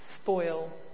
spoil